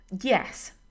Yes